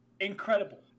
Incredible